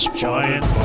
giant